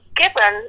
given